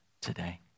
today